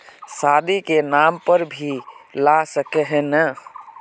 शादी के नाम पर भी ला सके है नय?